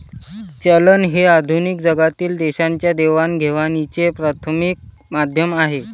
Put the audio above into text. चलन हे आधुनिक जगातील देशांच्या देवाणघेवाणीचे प्राथमिक माध्यम आहे